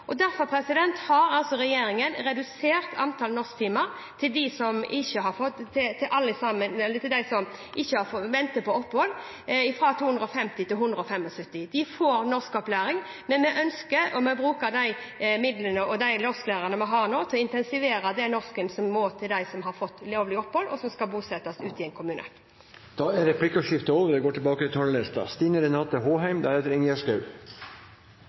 regjeringen redusert antall norsktimer til dem som venter på opphold, fra 250 til 175. De får norskopplæring, men vi ønsker å bruke de midlene og de norsklærerne vi har nå, til å intensivere norsken for dem som har fått lovlig opphold, og som skal bosettes ute i en kommune. Replikkordskiftet er